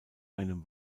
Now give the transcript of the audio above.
einem